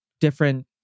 different